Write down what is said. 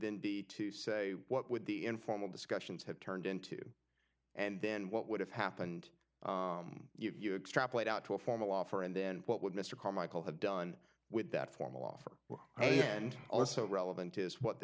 in de to say what would the informal discussions have turned into and then what would have happened you'd strap laid out to a formal offer and then what would mr carmichael have done with that formal offer well i am and also relevant is what the